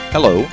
Hello